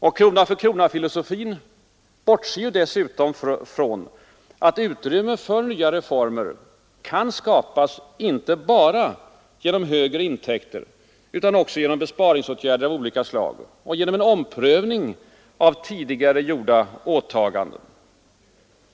Och krona-för-krona-filosofin bortser ju dessutom från att utrymme för nya reformer kan skapas inte bara genom högre intäkter utan också genom besparingsåtgärder av olika slag och genom en omprövning av tidigare gjorda åtaganden.